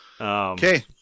Okay